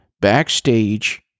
backstage